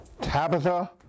Tabitha